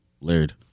Laird